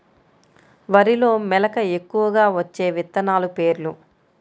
వరిలో మెలక ఎక్కువగా వచ్చే విత్తనాలు పేర్లు?